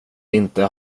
inte